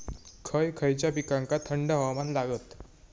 खय खयच्या पिकांका थंड हवामान लागतं?